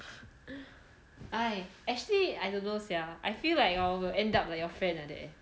!hais! actually I don't know sia I feel like I will end up like your friend like that eh